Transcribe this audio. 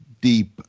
deep